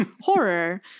horror